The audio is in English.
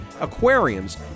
aquariums